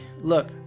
look